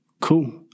Cool